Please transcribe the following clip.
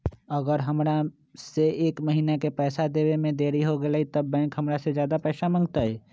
अगर हमरा से एक महीना के पैसा देवे में देरी होगलइ तब बैंक हमरा से ज्यादा पैसा मंगतइ?